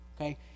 okay